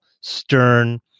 stern